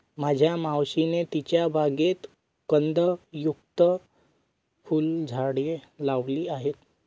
माझ्या मावशीने तिच्या बागेत कंदयुक्त फुलझाडे लावली आहेत